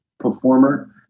performer